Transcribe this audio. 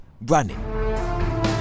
running